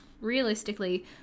realistically